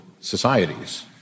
societies